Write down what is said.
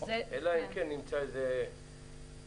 אלא אם כן נמצא איזה מילוי